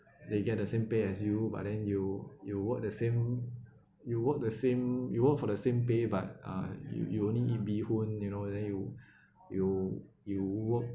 they get the same pay as you but then you you work the same you work the same you work for the same pay but uh you you only eat bihun you know then you you you work